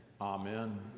Amen